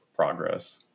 progress